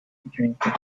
drink